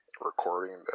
recording